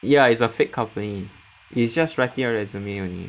ya is a fake company it's just writing a resume only